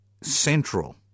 central